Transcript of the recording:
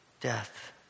death